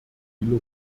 viele